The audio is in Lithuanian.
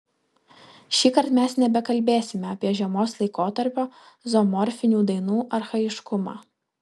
šįkart mes nebekalbėsime apie žiemos laikotarpio zoomorfinių dainų archaiškumą